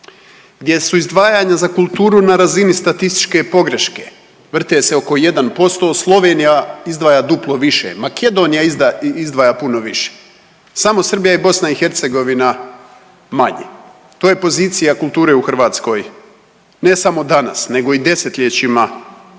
Gdje su izdvajanja za kulturu na razini statističke pogreške, vrte se oko 1%, Slovenija izdvaja duplo više, Makedonija izdvaja puno više, samo Srbija i BiH manje to je pozicija kulture u Hrvatskoj ne samo danas nego i desetljećima iza nas.